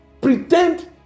pretend